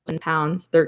pounds